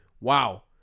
Wow